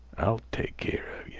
i'll take keer a yeh.